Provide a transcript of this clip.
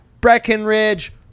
Breckenridge